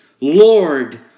Lord